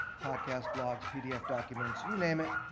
podasts, blogs, pdf documents. you name it.